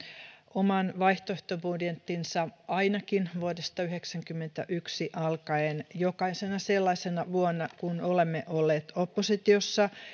oman vaihtoehtobudjettinsa ainakin vuodesta yhdeksänkymmentäyksi alkaen jokaisena sellaisena vuonna kun olemme olleet oppositiossa